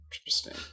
Interesting